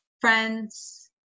Friends